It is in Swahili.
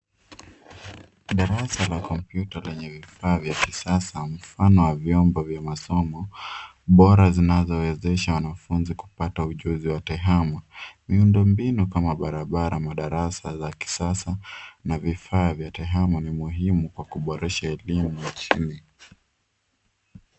Darasa la kompyuta lenye vifaa vya kisasa mfano wa vyombo vya masomo bora zinazowezesha wanafunzi kupata ujuzi wa tehama. Miundo mbinu kama barabara, madarasa za kisasa na vifaa vya tehama ni muhimu kwa kuboresha elimu nchini.